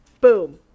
Boom